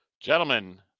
Gentlemen